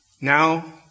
now